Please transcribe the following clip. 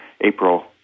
April